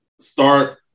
start